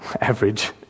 average